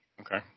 Okay